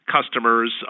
customers